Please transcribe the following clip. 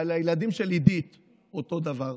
ועל הילדים של עידית אותו דבר,